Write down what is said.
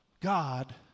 God